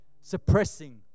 suppressing